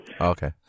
Okay